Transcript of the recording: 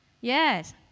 Yes